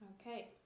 Okay